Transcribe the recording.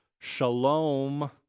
shalom